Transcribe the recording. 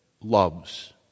loves